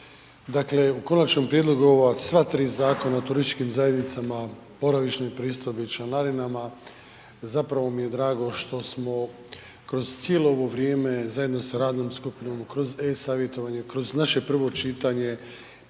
dakle, u Konačnom prijedlogu ova sva tri Zakona o turističkim zajednicama, boravišnoj pristojbi i članarinama zapravo mi je drago što smo kroz cijelo ovo vrijeme zajedno sa radnom skupinom, kroz e-savjetovanje, kroz naše prvo čitanje,